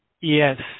Yes